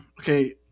Okay